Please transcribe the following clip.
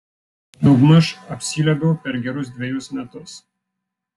daugmaž apsiliuobiau per gerus dvejus metus